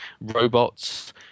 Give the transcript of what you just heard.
robots